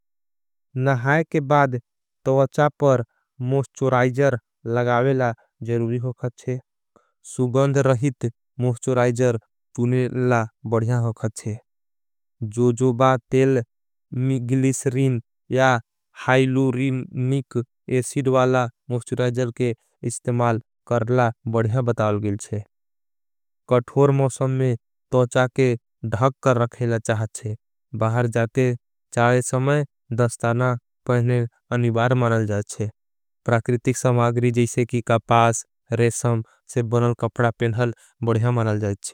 नहाए के बाद तवचा पर मोस्चोराइजर लगावेला ज़रूरी होगाथ है। सुगंध रहित मोस्चोराइजर पुनेला बढ़िया होगाथ है। जोजोबा तेल मिगलिशरीन या हाइलूरीमिक एसीड वाला मोस्चोराइजर के इस्तेमाल करला बढ़िया बताओगेल है। कठोर मौसम में तवचा के ढख कर रखेला चाहाँचे। बाहर जाते चाए समय दस्ताना पहनेल अनिबार मनल जाएचे। प्रकृतिक समागरी जैसे की कापास, रेशम, सेब बनल कपड़ा पेंधल बढ़िया मनल जाएचे।